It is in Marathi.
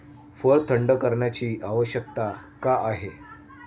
फळ थंड करण्याची आवश्यकता का आहे?